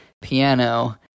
piano